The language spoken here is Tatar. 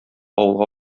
авылга